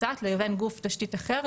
בין גופי תשתית והיא ערכאה מעין שיפוטית,